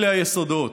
אלה היסודות.